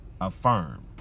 Affirm